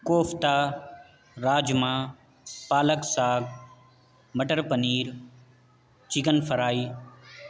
kofta rajma palak saag matar paneer chicken fry